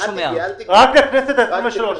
רק הכנסת ה-23.